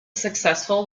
successful